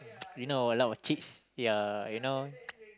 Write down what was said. you know !walao! chicks ya you know